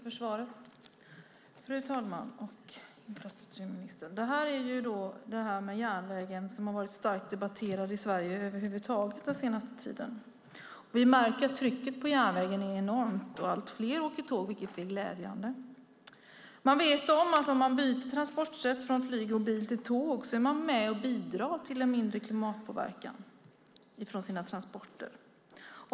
Fru talman! Jag tackar infrastrukturministern för svaret. Järnvägen har debatterats mycket i Sverige den senaste tiden. Trycket på järnvägen är enormt. Allt fler åker tåg, vilket är glädjande. Byter man transportsätt från flyg och bil till tåg bidrar man till en mindre klimatpåverkan.